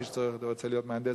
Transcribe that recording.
מי שרוצה להיות מהנדס,